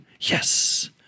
yes